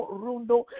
rundo